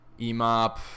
EMOP